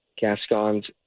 Gascon's